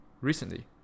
recently